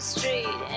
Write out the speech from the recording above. Street